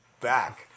back